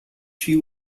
she